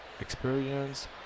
experience